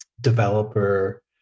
developer